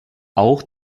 auch